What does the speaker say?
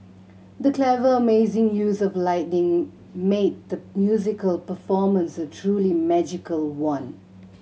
the clever amazing use of lighting made the musical performance a truly magical one